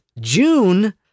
June